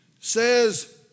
says